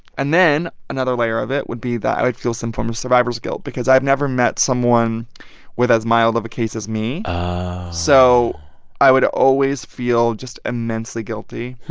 and then another layer of it would be that i would feel some form of survivor's guilt because i've never met someone with as mild of a case as me oh so i would always feel just immensely guilty.